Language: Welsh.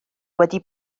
wedi